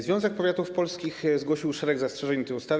Związek Powiatów Polskich zgłosił szereg zastrzeżeń do ustawy.